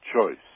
Choice